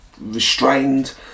restrained